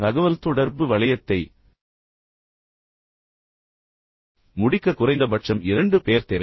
தகவல்தொடர்பு வளையத்தை முடிக்க குறைந்தபட்சம் இரண்டு பேர் தேவை